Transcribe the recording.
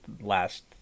last